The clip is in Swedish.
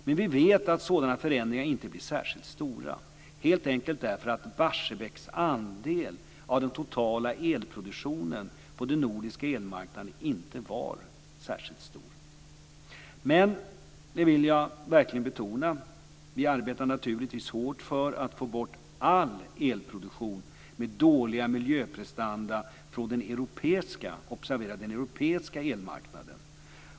Men vi vet att sådana förändringar inte blir särskilt stora helt enkelt därför att Barsebäcks andel av den totala elproduktionen på den nordiska elmarknaden inte var särskilt stor. Men jag vill verkligen betona att vi naturligtvis arbetar hårt för att få bort all elproduktion med dåliga miljöprestanda från den europeiska - observera att jag säger den europeiska - elmarknaden.